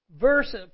verse